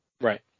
Right